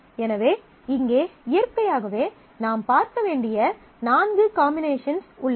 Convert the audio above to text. எனவே இங்கே இயற்கையாகவே நாம் பார்க்க வேண்டிய நான்கு காம்பினேஷன்ஸ் உள்ளன